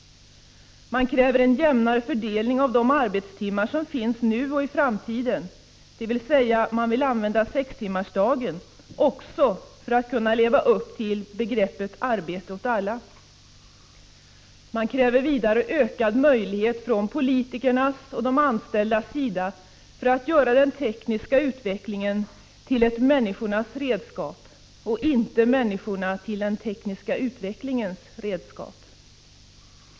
De kräver en jämnare fördelning av arbetstimmarna, både nu och i framtiden — dvs. de vill använda sextimmarsdagen också för att kunna leva upp till vad begreppet arbete åt alla innebär. Vidare kräver kvinnorna att man från politikernas och de anställdas sida åstadkommer ökade möjligheter när det gäller att göra den tekniska Prot. 1985/86:53 utvecklingen till ett människornas redskap — inte människorna till den 17 december 1985 tekniska utvecklingens redskap.